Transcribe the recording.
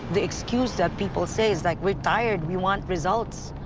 the excuse that people say is, like, we're tired, we want results.